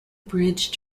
bridge